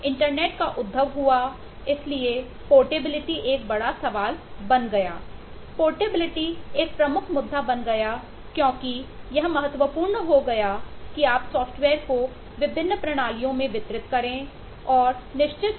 internet का उद्धव हुआ इसलिए पोर्टेबिलिटी एक बड़ा सवाल बन गया